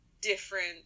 different